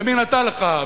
ומי נתן לך,